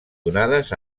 donades